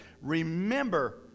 Remember